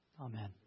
Amen